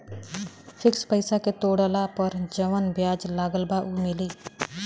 Fix पैसा के तोड़ला पर जवन ब्याज लगल बा उ मिली?